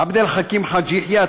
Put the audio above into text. עבד אל חכים חאג' יחיא,